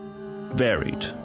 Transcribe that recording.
varied